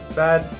bad